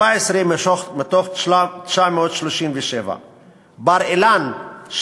14 מתוך 937. בבר-אילן,